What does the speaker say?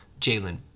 Jalen